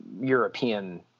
European